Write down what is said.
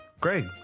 Greg